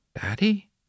Daddy